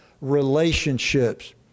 relationships